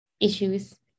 issues